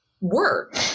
work